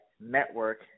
Network